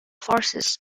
forces